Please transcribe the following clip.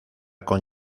con